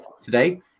today